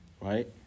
right